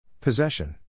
Possession